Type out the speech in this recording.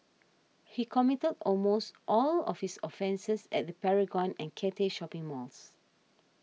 he committed almost all of his offences at the Paragon and Cathay shopping malls